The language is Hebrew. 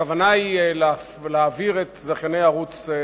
הכוונה היא להעביר את שחקני הטלוויזיה